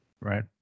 Right